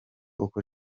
uko